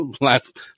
last